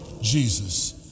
Jesus